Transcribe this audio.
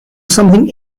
something